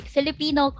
Filipino